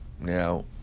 Now